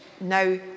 Now